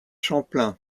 champlain